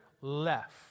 left